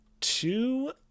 Two